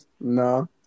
No